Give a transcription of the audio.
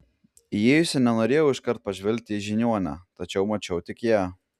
įėjusi nenorėjau iškart pažvelgti į žiniuonę tačiau mačiau tik ją